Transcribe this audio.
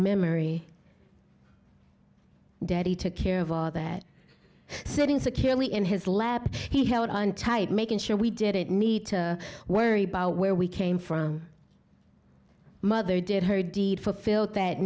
memory daddy took care of all that sitting securely in his lap he held on tight making sure we didn't need to worry bout where we came from mother did her deed for filth that